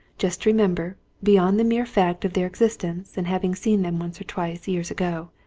just remember beyond the mere fact of their existence and having seen them once or twice, years ago,